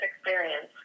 experience